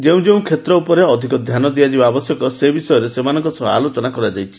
ଯେଉଁ ଯେଉଁ କ୍ଷେତ୍ର ଉପରେ ଅଧିକ ଧ୍ୟାନ ଦିଆଯିବା ଆବଶ୍ୟକ ସେ ବିଷୟରେ ସେମାନଙ୍କ ସହ ଆଲୋଚନା କରାଯାଇଛି